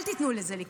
אל תיתנו לזה לקרות.